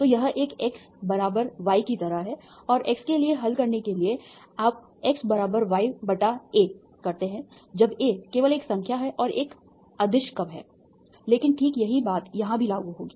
तो यह एक x y की तरह है और x के लिए हल करने के लिए आप x y a करते हैं जब a केवल एक संख्या है और एक अदिश कब है लेकिन ठीक यही बात यहां भी लागू होगी